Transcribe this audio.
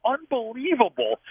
Unbelievable